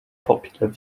popular